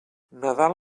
nadal